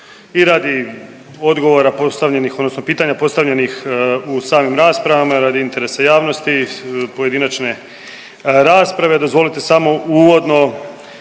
i radi odgovora postavljenih odnosno pitanja postavljenih u samim raspravama, radi interesa javnosti iz pojedinačne rasprave, dozvolite samo uvodno